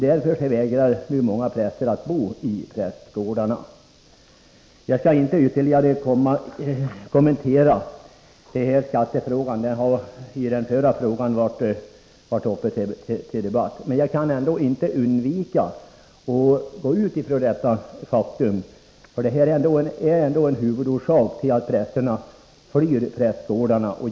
Därför vägrar nu många präster att bo i prästgårdarna. Jag skall inte ytterligare kommentera skattefrågan. Den har varit uppe till debatt nyss. Men jag kan ändå inte undvika att gå ut ifrån den aspekten — den är huvudorsaken till att prästerna flyr prästgårdarna.